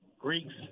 Greeks